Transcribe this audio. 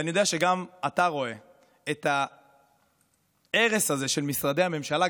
ואני גם יודע שגם אתה רואה את ההרס הזה של משרדי הממשלה,